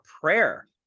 prayer